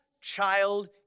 child